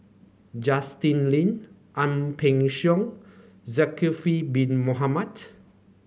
Justin Lean Ang Peng Siong Zulkifli Bin Mohamed